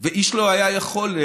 ואיש לא יכול היה לנבא